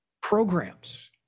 programs